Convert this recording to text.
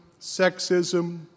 sexism